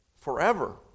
forever